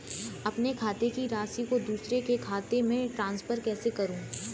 अपने खाते की राशि को दूसरे के खाते में ट्रांसफर कैसे करूँ?